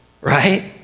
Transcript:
right